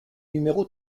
numéro